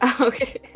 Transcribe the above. Okay